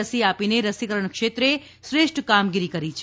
રસી આપીને રસીકરણ ક્ષેત્રે શ્રેષ્ઠ કામગીરી કરી છે